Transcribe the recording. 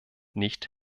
nicht